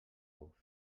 ous